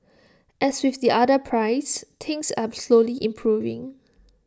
as with the other pries things are slowly improving